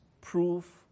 proof